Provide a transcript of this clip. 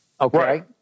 Okay